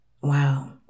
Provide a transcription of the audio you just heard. Wow